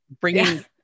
bringing